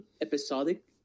episodic